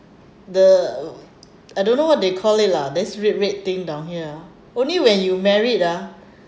the um I don't know what they call it lah this red red thing down here ah only when you married ah